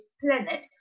planet